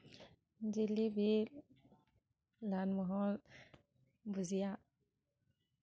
jalebi lal mohan ꯕꯨꯖꯤꯌꯥ